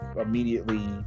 immediately